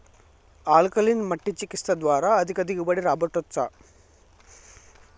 alkaline మట్టి చికిత్స ద్వారా అధిక దిగుబడి రాబట్టొచ్చా